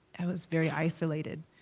i was very isolated.